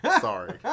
Sorry